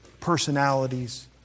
personalities